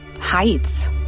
heights